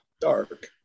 Dark